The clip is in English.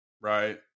Right